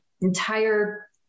entire